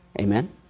Amen